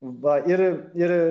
va ir ir